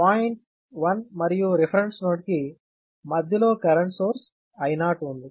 point 1 మరియు reference node కి మధ్యలో కరెంటు సోర్స్ I0 ఉంది